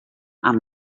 amb